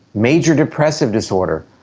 major depressive disorder,